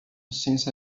since